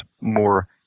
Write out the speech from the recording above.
more